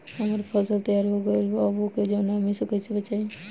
हमार फसल तैयार हो गएल बा अब ओके नमी से कइसे बचाई?